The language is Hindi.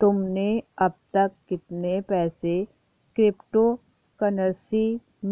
तुमने अब तक कितने पैसे क्रिप्टो कर्नसी